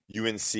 UNC